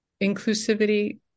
inclusivity